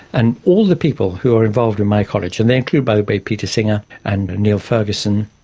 and all the people who are involved in my college, and they include, by the way, peter singer and niall ferguson,